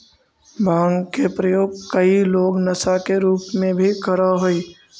भाँग के प्रयोग कई लोग नशा के रूप में भी करऽ हई